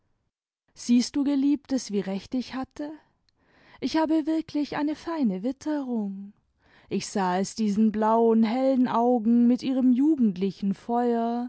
siehst du geliebtes wie recht ich hatte ich habe wirklich eine feine witterung ich sah es diesen blauen hellen augen mit ihrem jugendlichen feuer